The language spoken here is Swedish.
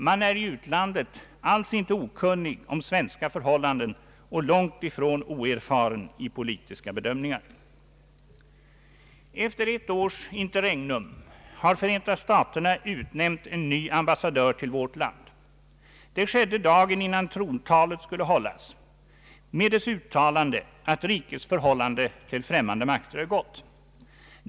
Man är i utlandet alls inte okunnig om svenska förhållanden och långtifrån oerfaren i politiska bedömningar. Efter ett års interregnum har Förenta staterna utnämnt en ny ambassadör till vårt land. Det skedde dagen innan trontalet skulle hållas med dess uttalande att ”rikets förhållande till främmande makter är gott”.